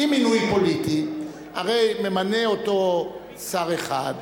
כי אם זה מינוי פוליטי, הרי ממנה אותו שר אחד,